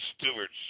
stewards